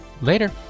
later